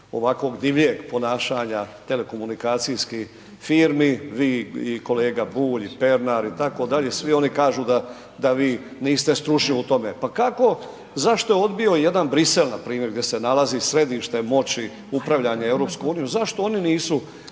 ovakvog divljeg ponašanja telekomunikacijskih firmi, vi i kolega Bulj i Pernar itd., svi oni kažu da, da vi niste stručni u tome. Pa kako, zašto je odbio jedan Brisel npr. gdje se nalazi središte moći upravljanja EU, zašto oni nisu